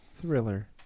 thriller